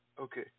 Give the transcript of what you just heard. Okay